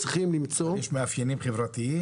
יש מאפיינים חברתיים.